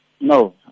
No